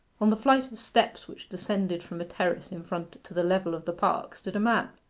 on the flight of steps, which descended from a terrace in front to the level of the park, stood a man.